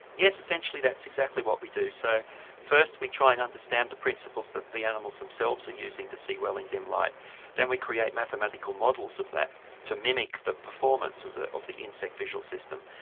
yes essentially that's exactly what we do. so first we try and understand the principles that the animals themselves are using to see well in dim light then we create mathematical models of that to mimic the performance of the of the insect visual system.